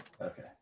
Okay